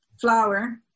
flower